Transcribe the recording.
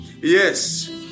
yes